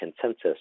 Consensus